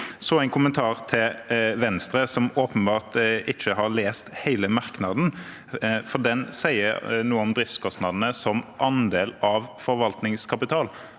en kommentar til Venstre, som åpenbart ikke har lest hele merknaden, for den sier noe om driftskostnadene som andel av forvaltningskapital.